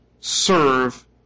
serve